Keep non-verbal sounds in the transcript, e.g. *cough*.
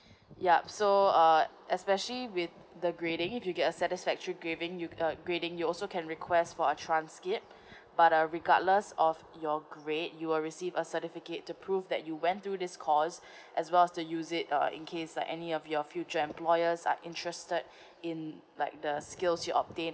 yup so uh especially with the grading if you get a satisfactory graving you uh grading you also can request for a transcript *breath* but uh regardless of your grade you will receive a certificate to prove that you went through this course *breath* as well as to use it uh in case like any of your future employers are interested *breath* in like the skills you obtain